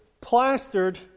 plastered